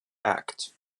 act